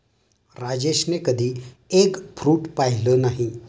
राजेशने कधी egg fruit पाहिलं नाही